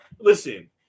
Listen